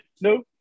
no